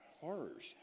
horrors